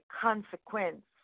consequence